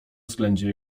względzie